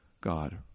God